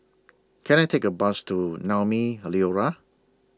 Can I Take A Bus to Naumi Liora